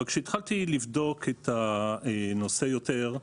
אבל כשהתחלתי לבדוק את הנושא יותר,